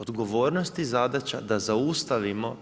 Odgovornost i zadaća da zaustavimo